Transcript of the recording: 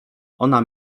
ona